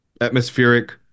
atmospheric